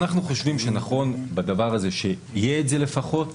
אנחנו חושבים שנכון בדבר הזה שזה לפחות יהיה,